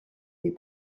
est